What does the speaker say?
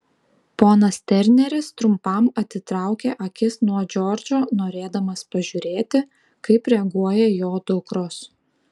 ponas terneris trumpam atitraukė akis nuo džordžo norėdamas pažiūrėti kaip reaguoja jo dukros